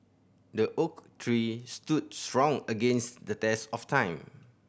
the oak tree stood strong against the test of time